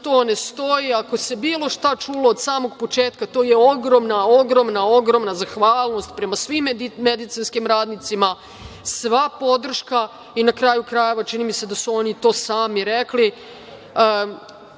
to ne stoji. Ako se bilo šta čulo od samog početka, to je ogromna, ogromna, ogromna zahvalnost prema svim medicinskim radnicima, sva podrška, i na kraju krajeva, čini mi se da su oni to i samirekli.